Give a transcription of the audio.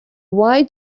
why